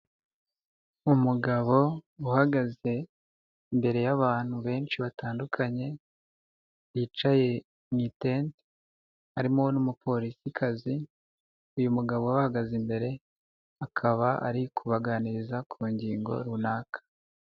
Umugabo uhagaze imbere y'abantu benshi batandukanye yicaye mu itente harimo n'umupolisikazi, uyu mugabo abahagaze imbere akaba ari kubaganiriza ku ngingo runaka.